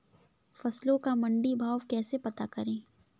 फसलों का मंडी भाव कैसे पता करें?